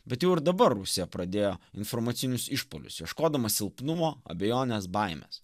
bet jau ir dabar rusija pradėjo informacinius išpuolius ieškodama silpnumo abejonės baimės